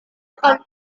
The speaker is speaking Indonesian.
akan